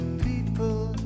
people